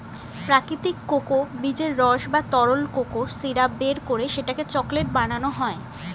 প্রাকৃতিক কোকো বীজের রস বা তরল কোকো সিরাপ বের করে সেটাকে চকলেট বানানো হয়